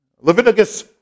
Leviticus